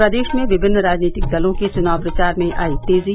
प्रदेश में विभिन्न राजनीतिक दलों के चुनाव प्रचार में आई तेजी